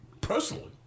personally